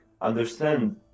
understand